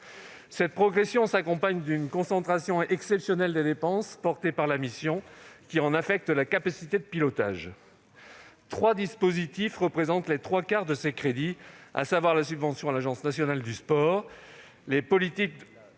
Cette progression s'accompagne d'une concentration exceptionnelle des dépenses portées par la mission, qui en affecte la capacité de pilotage. Trois dispositifs représentent les trois quarts de ses crédits : la subvention à l'Agence nationale du sport (ANS), les politiques